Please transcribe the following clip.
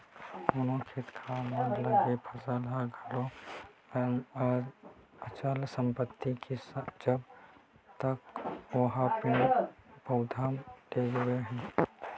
कोनो खेत खार म लगे फसल ह घलो अचल संपत्ति हे जब तक ओहा पेड़ पउधा ले जुड़े हे